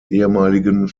ehemaligen